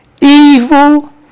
evil